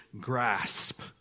grasp